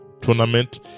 tournament